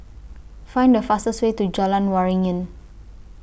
Find The fastest Way to Jalan Waringin